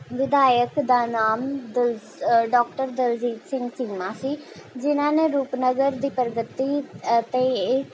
ਵਿਧਾਇਕ ਦਾ ਨਾਮ ਡਾਕਟਰ ਦਲਜੀਤ ਸਿੰਘ ਚੀਮਾ ਸੀ ਜਿਨ੍ਹਾਂ ਨੇ ਰੂਪਨਗਰ ਦੀ ਪ੍ਰਗਤੀ ਅਤੇ